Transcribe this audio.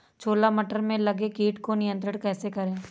छोला मटर में लगे कीट को नियंत्रण कैसे करें?